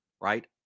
right